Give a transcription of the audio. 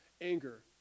anger